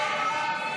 סעיפים 1 4